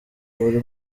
buri